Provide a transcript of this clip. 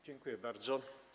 Dziękuję bardzo.